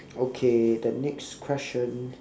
okay the next question